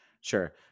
sure